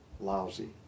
lousy